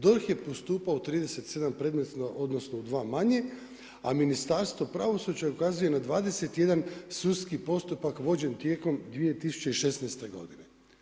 DORH je postupao u 37 predmeta odnosno u dva manje a Ministarstvo pravosuđa ukazuje na 21 sudski postupak vođen tijekom 2016. godine“